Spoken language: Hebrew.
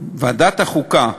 ועדת החוקה,